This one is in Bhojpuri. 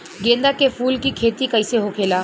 गेंदा के फूल की खेती कैसे होखेला?